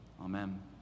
amen